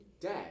dad